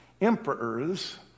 emperors